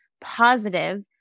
positive